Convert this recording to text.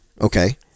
okay